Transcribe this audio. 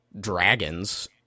dragons